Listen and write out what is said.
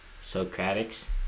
Socratic's